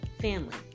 family